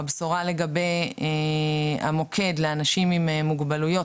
הבשורה לגבי המוקד לאנשים עם מוגבלויות,